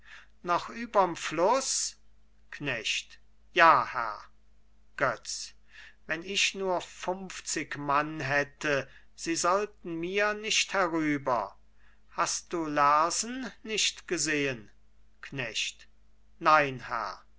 noch überm fluß knecht ja herr götz wenn ich nur funfzig mann hätte sie sollten mir nicht herüber hast du lersen nicht gesehen knecht nein herr